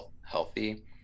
healthy